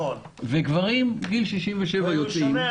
ואילו גברים בגיל 67 יוצאים לגמלאות.